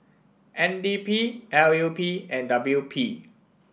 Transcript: N D P L U P and W P